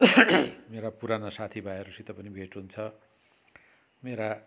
मेरा पुराना साथीभाइहरूसित पनि भेट हुन्छ मेरा